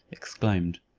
exclaimed,